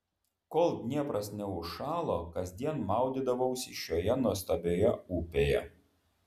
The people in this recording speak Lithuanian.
kol dniepras neužšalo kasdien maudydavausi šioje nuostabioje upėje